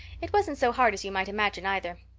it wasn't so hard as you might imagine, either.